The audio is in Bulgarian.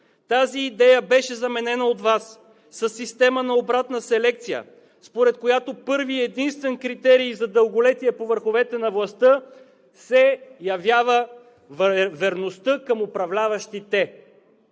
Тази идея беше заменена от Вас със система на обратна селекция, според която първи и единствен критерий за дълголетие по върховете на властта се явява верността към управляващите.